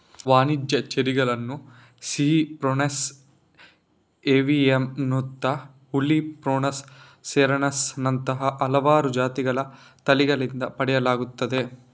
ವಾಣಿಜ್ಯ ಚೆರ್ರಿಗಳನ್ನು ಸಿಹಿ ಪ್ರುನಸ್ ಏವಿಯಮ್ಮತ್ತು ಹುಳಿ ಪ್ರುನಸ್ ಸೆರಾಸಸ್ ನಂತಹ ಹಲವಾರು ಜಾತಿಗಳ ತಳಿಗಳಿಂದ ಪಡೆಯಲಾಗುತ್ತದೆ